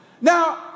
Now